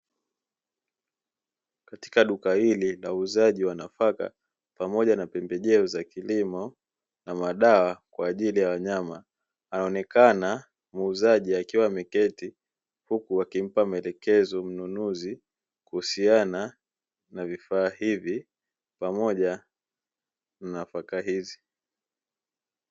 Katika duka hili la uuzaji wa nafaka pamoja na pembejeo za kilimo na madawa kwajili ya wanyama, anaonekana muuzaji akiwa ameketi huku akimpa maelekezo mnunuzi kuhusiana na vifaa hivi pamoja na nafaka hizi.